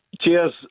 cheers